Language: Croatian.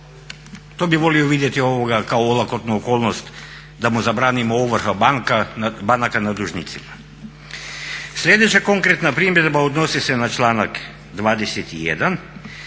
To bih volio vidjeti kao olakotnu okolnost da mu zabranimo ovrhe banaka nad dužnicima. Sljedeća konkretna primjedba odnosi se na članak 21.